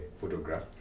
photograph